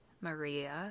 Maria